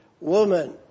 woman